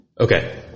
okay